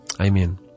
Amen